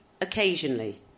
Occasionally